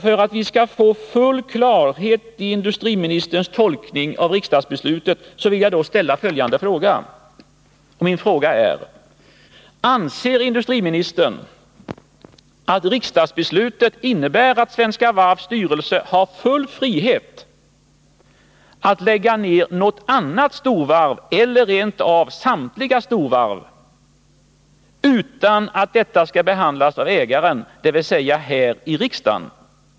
För att vi skall få full klarhet i industriministerns tolkning av riksdagsbeslutet vill jag ställa följande fråga: Anser industriministern att riksdagsbeslutet innebär att Svenska Varvs styrelse har full frihet att lägga ner något annat storvarv eller rent av samtliga storvarv utan att detta skall behandlas av ägaren, dvs. här i riksdagen?